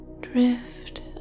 Drift